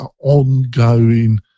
ongoing